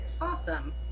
awesome